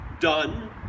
done